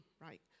right